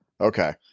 Okay